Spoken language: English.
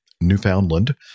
Newfoundland